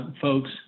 folks